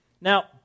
Now